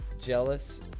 Jealous